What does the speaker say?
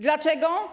Dlaczego?